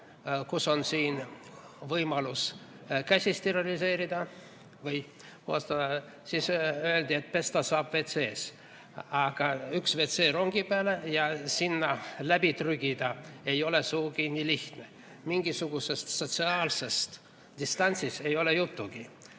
kus on siin võimalus käsi steriliseerida, öeldi, et pesta saab WC‑s. Aga on üks WC rongi peale ja sinna läbi trügida ei ole sugugi nii lihtne. Mingisugusest sotsiaalsest distantsist ei ole juttugi.